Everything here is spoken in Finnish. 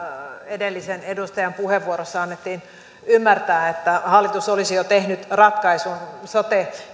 edellisen edustajan puheenvuorossa annettiin ymmärtää että hallitus olisi jo tehnyt ratkaisun sote